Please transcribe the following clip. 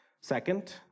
Second